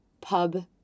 pub